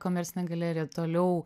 komercinė galerija toliau